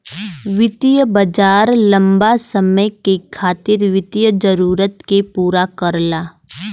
वित्तीय बाजार लम्बा समय के खातिर वित्तीय जरूरत के पूरा करला